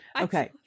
Okay